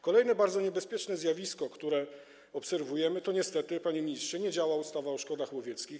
Kolejne bardzo niebezpieczne zjawisko, które obserwujemy, to niestety to, panie ministrze, że nie działa ustawa o szkodach łowieckich.